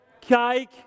cake